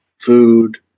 food